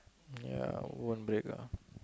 ya won't break ah